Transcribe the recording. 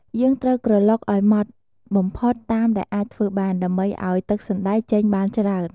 យើងត្រូវក្រឡុកឱ្យម៉ដ្ឋបំផុតតាមដែលអាចធ្វើបាន ដើម្បីឱ្យទឹកដោះសណ្តែកចេញបានច្រើន។